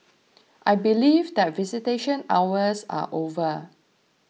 I believe that visitation hours are over